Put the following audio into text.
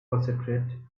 concentrate